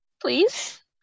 Please